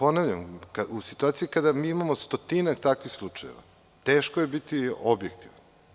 Ponavljam, u situaciji kada mi imamo stotinak takvih slučajeva teško je biti objektivan.